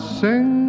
sing